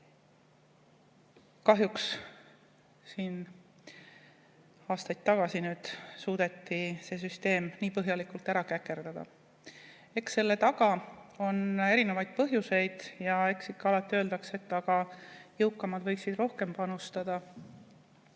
siin aastaid tagasi suudeti see süsteem põhjalikult ära käkerdada. Eks selle taga on erinevaid põhjuseid ja eks ikka alati öeldakse, et jõukamad võiksid rohkem panustada